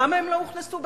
למה הם לא הוכנסו לתקציב?